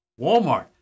Walmart